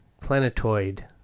Planetoid